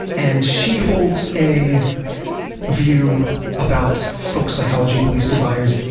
and she holds a view about folk's psychology, beliefs, desires,